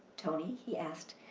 toni, he asked,